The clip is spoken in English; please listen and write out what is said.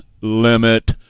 limit